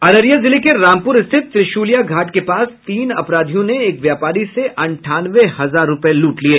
अररिया जिले के रामपुर स्थित त्रिशुलिया घाट के पास तीन अपराधियों ने एक व्यापारी से अंठानवे हजार रूपये लूट लिये